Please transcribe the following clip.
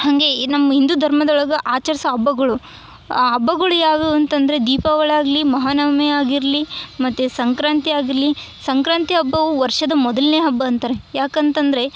ಹಾಗೇ ನಮ್ಮ ಹಿಂದೂ ಧರ್ಮದೊಳಗೆ ಆಚರ್ಸೊ ಹಬ್ಬಗಳು ಹಬ್ಬಗುಳ್ ಯಾವುವು ಅಂತಂದರೆ ದೀಪಾವಳಿ ಆಗಲಿ ಮಹಾನವಮಿ ಆಗಿರಲಿ ಮತ್ತು ಸಂಕ್ರಾಂತಿ ಆಗಿರಲಿ ಸಂಕ್ರಾಂತಿ ಹಬ್ಬವು ವರ್ಷದ ಮೊದಲ್ನೆ ಹಬ್ಬ ಅಂತರೆ ಯಾಕಂತಂದರೆ